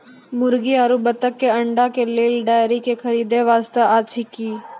मुर्गी आरु बत्तक के अंडा के लेल डेयरी के खरीदे के व्यवस्था अछि कि?